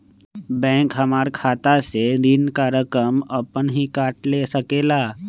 Bank हमार खाता से ऋण का रकम अपन हीं काट ले सकेला?